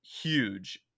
huge